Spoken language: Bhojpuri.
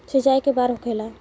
सिंचाई के बार होखेला?